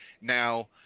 Now